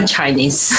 Chinese